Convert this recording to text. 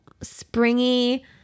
springy